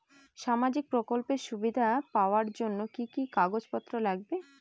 সামাজিক প্রকল্পের সুবিধা পাওয়ার জন্য কি কি কাগজ পত্র লাগবে?